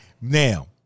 Now